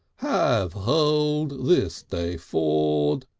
have hold this day ford.